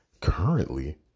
currently